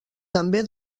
també